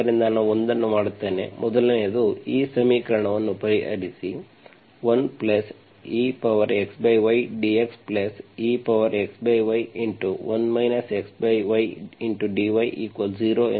ಆದ್ದರಿಂದ ನಾನು ಒಂದನ್ನು ಮಾಡುತ್ತೇನೆ ಮೊದಲನೆಯದು ಈ ಸಮೀಕರಣವನ್ನು ಪರಿಹರಿಸಿ 1exydxexy1 xydy0 ಎಂದು ಬರೆಯೋಣ